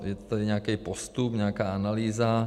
Je tady nějaký postup, nějaká analýza.